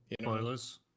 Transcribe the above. Spoilers